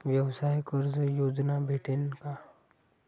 व्यवसाय कर्ज योजना भेटेन का?